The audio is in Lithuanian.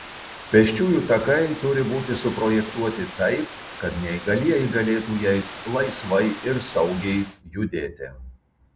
pėsčiųjų takai turi būti suprojektuoti taip kad neįgalieji galėtų jais laisvai ir saugiai judėti